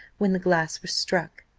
when the glass was struck.